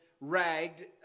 ragged